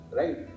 right